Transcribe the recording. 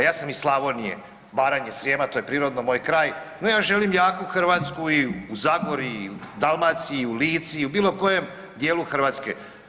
Ja sam iz Slavonije, Baranje, Srijema, to je prirodno moj kraj, no ja želim jaku Hrvatsku i u Zagori, i u Dalmaciji, i u Lici i u bilokojem djelu Hrvatske.